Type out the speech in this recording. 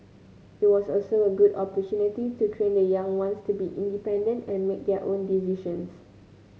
it was also a good to train the young ones to be independent and make their own decisions